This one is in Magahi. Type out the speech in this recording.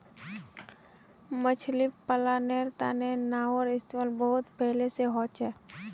मछली पालानेर तने नाओर इस्तेमाल बहुत पहले से होचे